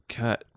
cut